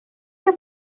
your